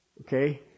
Okay